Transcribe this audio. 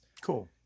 cool